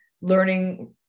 learning